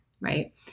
right